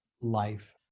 life